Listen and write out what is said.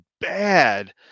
bad